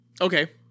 Okay